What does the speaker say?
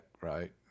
right